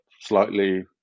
slightly